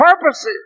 purposes